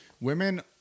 women